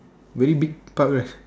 very big park right